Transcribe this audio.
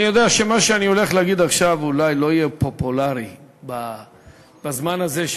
אני יודע שמה שאני הולך להגיד עכשיו אולי לא יהיה פופולרי בזמן הזה,